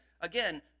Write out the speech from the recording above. Again